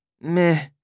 Meh